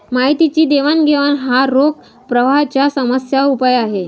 माहितीची देवाणघेवाण हा रोख प्रवाहाच्या समस्यांवर उपाय आहे